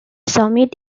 summit